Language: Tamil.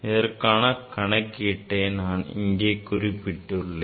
அதற்கான கணக்கீட்டை இங்கே நான் குறிப்பிட்டுள்ளேன்